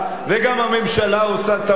וגם הממשלה עושה טעויות,